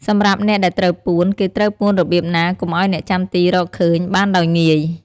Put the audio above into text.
សម្រាប់អ្នកដែលត្រូវពួន គេត្រូវពួនរបៀបណា កុំឱ្យអ្នកចាំទីរកឃើញ បានដោយងាយ។